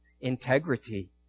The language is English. integrity